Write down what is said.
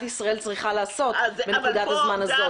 ישראל צריכה לעשות בנקודת הזמן הזאת.